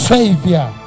Savior